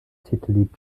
titellied